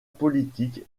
politique